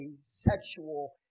sexual